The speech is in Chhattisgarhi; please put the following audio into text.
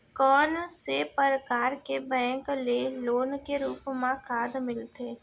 कोन से परकार के बैंक ले लोन के रूप मा खाद मिलथे?